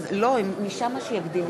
נגד